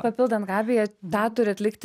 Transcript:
papildant gabiją dar turi atlikti